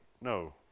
no